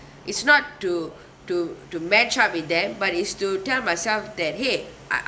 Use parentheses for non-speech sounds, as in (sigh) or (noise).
it's not to (breath) to to match up with them but it's to tell myself that !hey! I